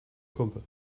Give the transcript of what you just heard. kumpel